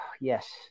yes